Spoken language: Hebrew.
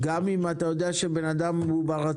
גם אם אתה יודע שהבן אדם ברציף?